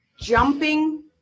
Jumping